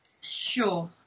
sure